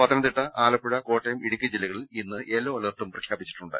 പത്തനംതിട്ട ആലപ്പുഴ കോട്ടയം ഇടുക്കി ജില്ല്കളിൽ ഇന്ന് യെല്ലോ അലർട്ടും പ്രഖ്യാപിച്ചിട്ടുണ്ട്